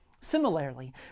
Similarly